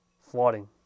flooding